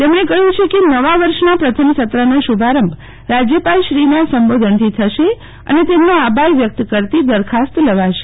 તેમણે કહયું છે કે નવા વર્ષના પ્રથમ સત્રનો શૂભારંભ ર ાજયપાલશ્રીના સંબોધનથી થશે અને તેમનો આભાર વ્યકત કરતી દરખાસ્ત લવાશે